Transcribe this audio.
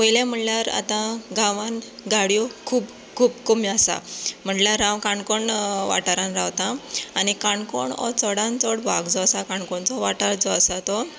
पयलें म्हणल्यार आतां गांवांत गाडयो खूब खूब कमी आसात म्हणल्यार हांव काणकोण वाठारांत रावता आनी काणकोण हो चडांत चड भाग जो आसा काणकोणचो वाठार जो आसा तो